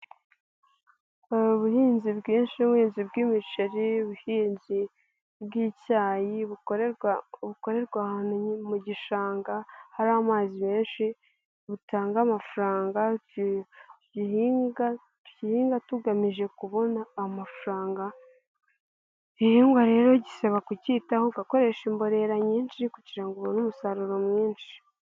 Ubuhinzi bwinshi, ubuhinzi bw'imiceri, ubuhinzi bw'icyayi bukorerwa ahantu mu gishanga hari amazi menshi, butanga amafaranga. Tugihinga tugamije kubona amafaranga, igihingwa rero gisaba kuctaho ukakoresha imbonerera nyinshi kugira ngo ubone umusaruro mwinshi.